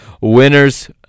winners